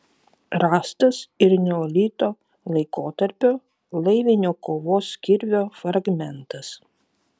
rastas ir neolito laikotarpio laivinio kovos kirvio fragmentas